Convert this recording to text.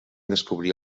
descobrir